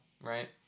right